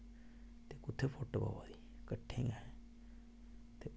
ते कुत्थें फुट्ट पवा दी कट्ठे गै